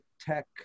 tech